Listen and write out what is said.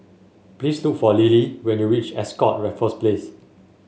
please look for Lily when you reach Ascott Raffles Place